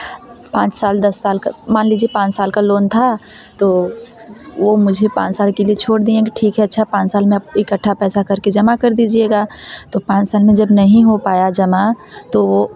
पाँच साल दस साल क मान लीजिए पाँच साल का लोन था तो वो मुझे पाँच साल के लिए छोड़ दिए हैं की ठीक है अच्छा पाँच साल में आप इकठ्ठा पैसा करके जमा कर दीजिएगा तो पाँच साल में जब नहीं हो पाया जमा तो वह